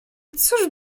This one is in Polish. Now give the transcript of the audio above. cóż